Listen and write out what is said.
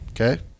okay